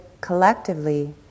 collectively